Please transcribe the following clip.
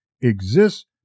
exists